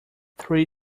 three